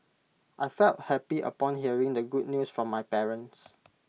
I felt happy upon hearing the good news from my parents